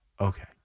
Okay